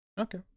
Okay